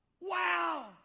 wow